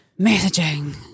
messaging